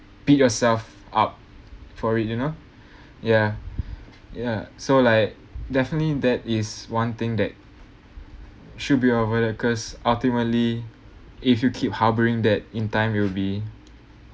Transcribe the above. beat yourself up for it you know ya ya so like definitely that is one thing that should be avoided cause ultimately if you keep harbouring that in time will be